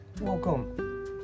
welcome